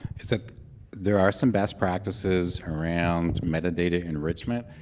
is that there are some best practices around metadata enrichment.